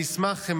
אני אשמח אם